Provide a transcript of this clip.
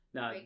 Now